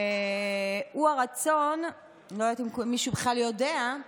אני לא יודעת אם מישהו בכלל יודע,